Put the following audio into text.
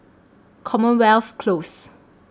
Commonwealth Close